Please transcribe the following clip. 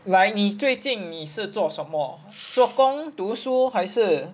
like 你最近你是做什么做工读书还是